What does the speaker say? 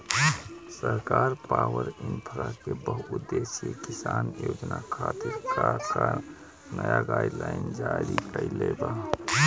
सरकार पॉवरइन्फ्रा के बहुउद्देश्यीय किसान योजना खातिर का का नया गाइडलाइन जारी कइले बा?